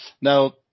Now